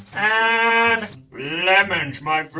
and lemons, my